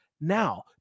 now